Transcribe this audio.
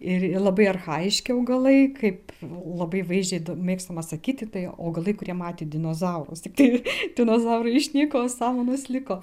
ir labai archajiški augalai kaip labai vaizdžiai mėgstama sakyti tai augalai kurie matė dinozaurus tiktai dinozaurai išnyko o samanos liko